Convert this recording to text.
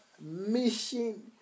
mission